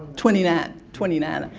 twenty nine twenty nine.